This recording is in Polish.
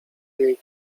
jej